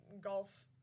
golf